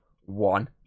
one